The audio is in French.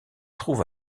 trouve